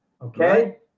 Okay